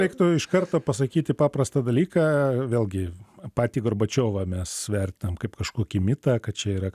reiktų iš karto pasakyti paprastą dalyką vėlgi patį gorbačiovą mes vertinam kaip kažkokį mitą kad čia yra